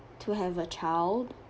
to have a child